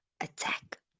attack